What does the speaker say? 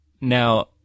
Now